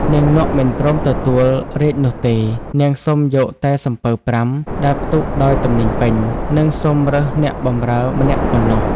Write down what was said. នាងនក់មិនព្រមទទួលរាជ្យនោះទេ នាងសុំយកតែសំពៅ ៥ ដែលផ្ទុកដោយ ទំនិញពេញ និងសុំរើសអ្នកបម្រើម្នាក់ប៉ុណ្ណោះ ។